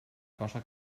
cosa